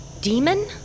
demon